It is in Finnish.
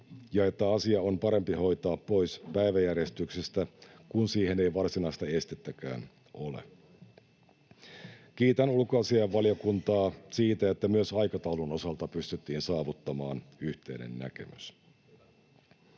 ja että asia on parempi hoitaa pois päiväjärjestyksestä, kun siihen ei varsinaista estettäkään ole. Kiitän ulkoasiainvaliokuntaa siitä, että myös aikataulun osalta pystyttiin saavuttamaan yhteinen näkemys.